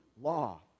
law